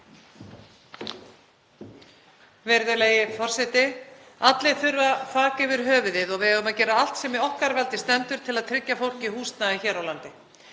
Virðulegi forseti. Allir þurfa þak yfir höfuðið og við eigum að gera allt sem í okkar valdi stendur til að tryggja fólki húsnæði hér á landi.